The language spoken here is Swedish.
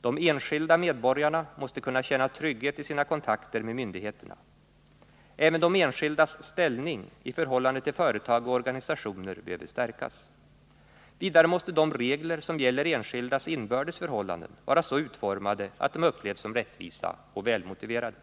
De enskilda medborgarna måste kunna känna trygghet i sina kontakter med myndigheterna. Även de enskildas ställning i förhållande till företag och organisationer behöver stärkas. Vidare måste de regler som gäller enskildas inbördes förhållanden vara så utformade att de upplevs som rättvisa och välmotiverade.